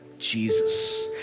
Jesus